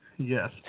Yes